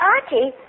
Archie